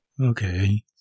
okay